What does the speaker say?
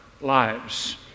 lives